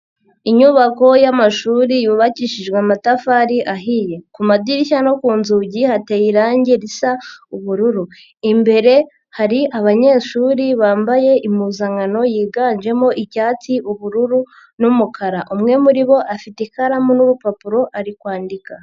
Inyubako y'amashuri yubakishijwe amatafari ahiye, ku madirishya no ku nzugi hateye irangi risa ubururu. Imbere hari abanyeshuri bambaye impuzankano yiganjemo icyatsi, ubururu n'umukara. Umwe muri bo afite ikaramu n'urupapuro ari kwandika.